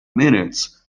minutes